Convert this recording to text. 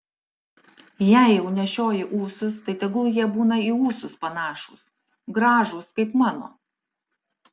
jei jau nešioji ūsus tai tegul jie būna į ūsus panašūs gražūs kaip mano